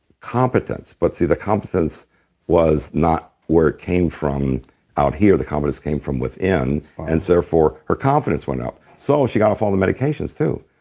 confidence but see, the confidence was not where it came from out here. the confidence came from within and so therefore, her confidence went up. so she got off all medications too.